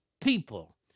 people